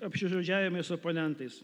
apšižodžiavimai su oponentais